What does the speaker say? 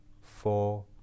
four